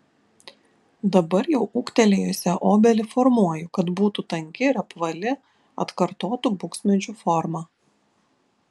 dabar jau ūgtelėjusią obelį formuoju kad būtų tanki ir apvali atkartotų buksmedžių formą